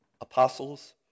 apostles